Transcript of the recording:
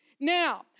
Now